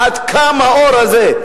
עד כמה חזק האור הזה.